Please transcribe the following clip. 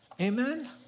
Amen